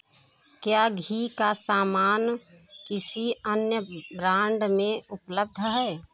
क्या घी का सामान किसी अन्य ब्रांड में उपलब्ध है